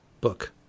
book